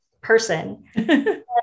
person